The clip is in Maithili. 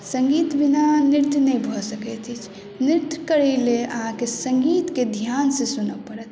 संगीत बिना नृत्य नहि भऽ सकैत अछि नृत्य करै लेल अहाँके संगीत के ध्यान से सुनऽ पड़त